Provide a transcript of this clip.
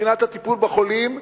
מבחינת הטיפול בחולים,